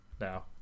now